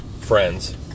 friends